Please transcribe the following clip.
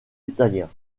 italiens